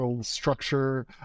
structure